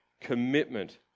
commitment